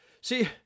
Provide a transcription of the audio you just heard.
See